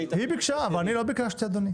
היא ביקשה אבל אני לא ביקשתי, אדוני.